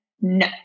no